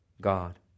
God